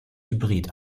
hybrid